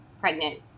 pregnant